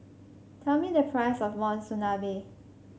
tell me the price of Monsunabe